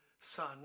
son